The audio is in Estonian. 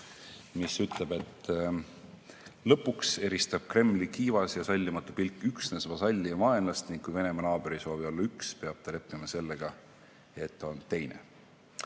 mis ütleb: "Lõpuks eristab Kremli kiivas ja sallimatu pilk üksnes vasalli ja vaenlast ning kui Venemaa naaber ei soovi olla üks, peab ta leppima sellega, et on teine."